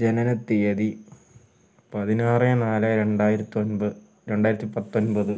ജനനത്തീയതി പതിനാറ് നാല് രണ്ടായിരത്തി പത്തൊൻപത്